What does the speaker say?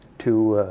to